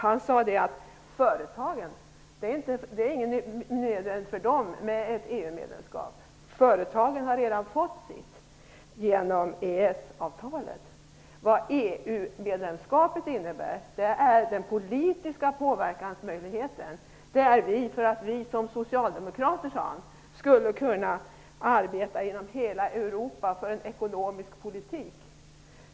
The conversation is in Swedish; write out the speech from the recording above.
Han sade att ett EU-medlemskap inte var nödvändigt för företagen. Företagen hade redan fått sitt genom EES avtalet. Han sade att EU-medlemskapet innebar en politisk påverkansmöjlighet och att Socialdemokraterna skulle kunna arbeta inom hela Europa för en ekonomisk politik.